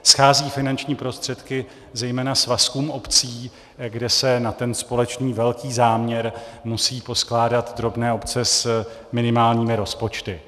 Schází finanční prostředky zejména svazkům obcí, kde se na ten společný velký záměr musí poskládat drobné obce s minimálními rozpočty.